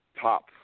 top